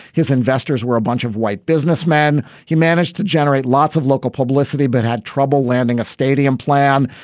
his investors were a bunch of white businessmen who managed to generate lots of local publicity, but had trouble landing a stadium plan.